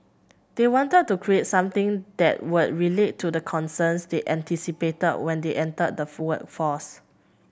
they wanted to create something that would relate to the concerns they anticipated when they enter the force